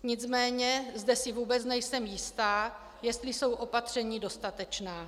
Nicméně zde si vůbec nejsem jistá, jestli jsou opatření dostatečná.